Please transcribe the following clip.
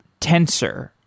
tensor